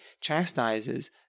chastises